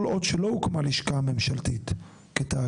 כל עוד לא הוקמה לשכה ממשלתית כתאגיד?